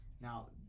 Now